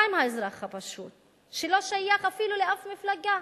מה עם האזרח הפשוט, שלא שייך אפילו לשום מפלגה,